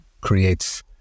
creates